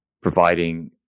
providing